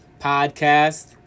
Podcast